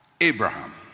Abraham